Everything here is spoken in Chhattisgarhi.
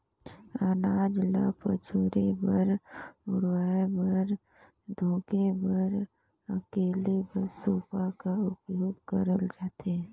अनाज ल पछुरे बर, उड़वाए बर, धुके बर, सकेले बर सूपा का उपियोग करल जाथे